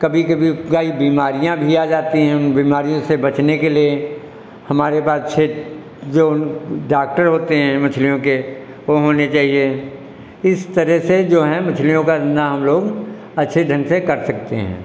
कभी कभी गाई बीमारियां भी आ जाते हैं उन बीमारियों से बचने के लिए हमारे बाद छः जो उन डाक्टर होते हैं मछलियों के वो होने चाहिए इस तरह से जो हैं मछलियों का ना हम लोग अच्छे ढंग से कर सकते हैं